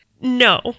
No